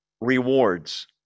rewards